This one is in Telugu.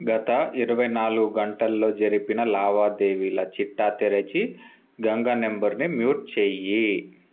గత ఇరువై నాలుగు గంటలలో జరిపిన లావాదేవీల చిట్టా తెరచి గంగ నంబరుని మ్యూట్ చేయి